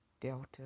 Delta